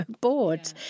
bored